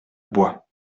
bois